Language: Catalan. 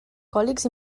còlics